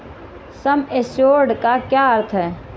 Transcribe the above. सम assured का क्या अर्थ है?